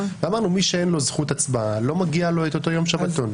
ואמרנו שמי שאין לו זכות הצבעה לא מגיע לו אותו יום שבתון.